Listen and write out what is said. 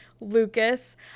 Lucas